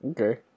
Okay